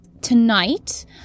tonight